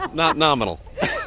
not not nominal